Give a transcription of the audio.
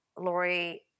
Lori